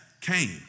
came